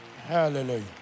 Hallelujah